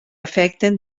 afecten